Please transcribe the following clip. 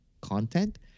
content